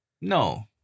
No